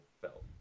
felt